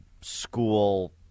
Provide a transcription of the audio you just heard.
school